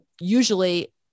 usually